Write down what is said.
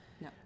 No